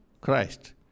Christ